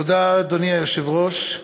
תודה, אדוני היושב-ראש.